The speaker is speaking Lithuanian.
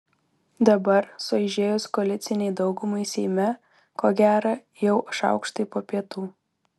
dabar sueižėjus koalicinei daugumai seime ko gera jau šaukštai po pietų